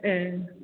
ए